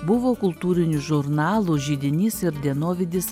buvo kultūrinių žurnalų židinys ir dienovidis